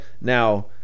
Now